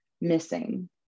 missing